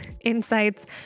insights